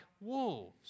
wolves